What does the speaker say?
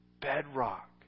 bedrock